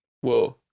Whoa